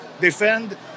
defend